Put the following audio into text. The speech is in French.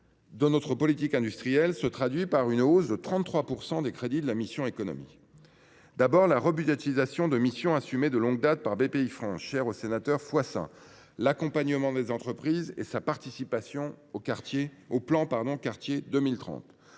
de notre politique industrielle se traduit par une hausse de 33 % des crédits de la mission « Économie ». Cela passe par la rebudgétisation de missions assumées de longue date par Bpifrance, chère à Stéphane Fouassin, l’accompagnement des entreprises et sa participation au plan Quartiers 2030